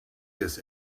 this